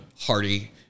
hearty